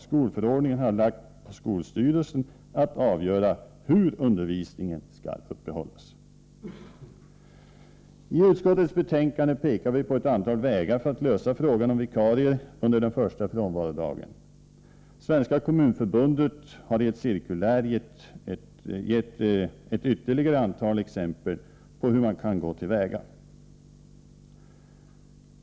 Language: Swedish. Skolförordningen har lagt på skolstyrelsen att avgöra ”hur undervisningen skall uppehållas”. I utskottets betänkande pekar vi på ett antal vägar för att lösa frågan om vikarier under den första frånvarodagen. Svenska kommunförbundet har i ett cirkulär gett ytterligare ett antal exempel på hur man kan gå till väga.